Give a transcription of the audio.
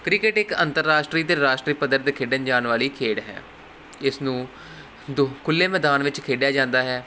cricket ਇੱਕ ਅੰਤਰਰਾਸ਼ਟਰੀ ਅਤੇ ਰਾਸ਼ਟਰੀ ਪੱਧਰ 'ਤੇ ਖੇਡਣ ਜਾਣ ਵਾਲੀ ਖੇਡ ਹੈ ਇਸ ਨੂੰ ਦ ਖੁੱਲ੍ਹੇ ਮੈਦਾਨ ਵਿੱਚ ਖੇਡਿਆ ਜਾਂਦਾ ਹੈ